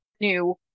new